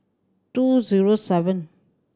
two zero seven